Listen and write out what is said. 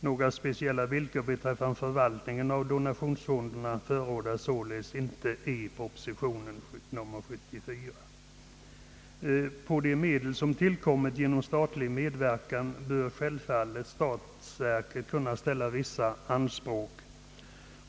Några speciella villkor beträffande förvaltningen av donationsfonderna förordas sålunda inte i proposition nr 74. På de medel som tillkommit genom statlig medverkan bör självfallet statsverket kunna ställa vissa anspråk.